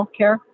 healthcare